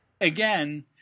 again